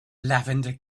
lavender